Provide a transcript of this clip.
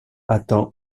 attend